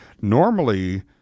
normally